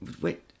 wait